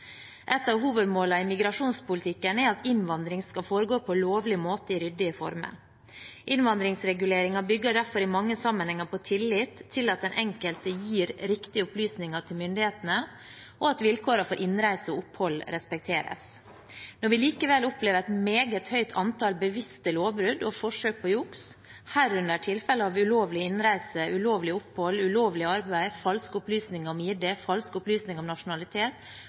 et alvorlig problem. Et av hovedmålene i migrasjonspolitikken er at innvandring skal foregå på lovlig måte i ryddige former. Innvandringsreguleringen bygger derfor i mange sammenhenger på tillit til at den enkelte gir riktige opplysninger til myndighetene, og at vilkårene for innreise og opphold respekteres. Når vi likevel opplever et meget høyt antall bevisste lovbrudd og forsøk på juks, herunder tilfeller av ulovlig innreise, ulovlig opphold, ulovlig arbeid, falske opplysninger om ID, falske opplysninger om nasjonalitet,